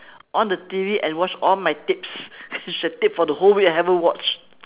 on the T_V and watch all my tips the tip for the whole week I haven't watch